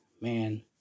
man